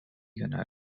ganaron